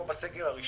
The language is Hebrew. כמו בסגר הראשון,